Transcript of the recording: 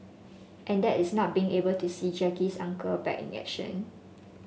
and that is not being able to see Jackie's uncle back in action